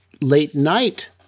late-night